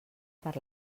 per